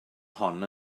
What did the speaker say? hon